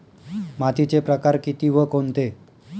मातीचे प्रकार किती व कोणते?